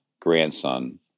grandson